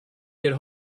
get